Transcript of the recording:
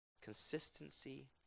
consistency